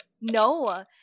No